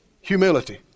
Humility